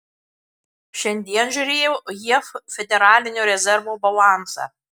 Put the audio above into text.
šiandien žiūrėjau jav federalinio rezervo balansą